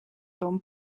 ton